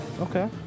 okay